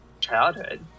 childhood